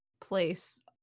place